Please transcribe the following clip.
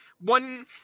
one